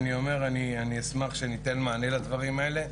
אני אשמח שניתן מענה לדברים האלה,